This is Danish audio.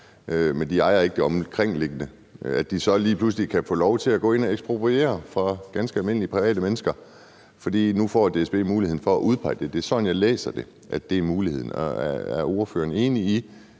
de ikke ejer de omkringliggende arealer, så kan de få lov til at gå ind og ekspropriere i forhold til private, ganske almindelige mennesker, for nu får DSB muligheden for at udpege det. Det er sådan, jeg læser det – at det er muligheden. Er ordføreren enig i,